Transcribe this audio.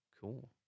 Cool